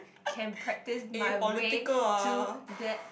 can practice my way to the